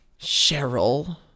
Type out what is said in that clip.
Cheryl